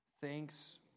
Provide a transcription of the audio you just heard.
Thanks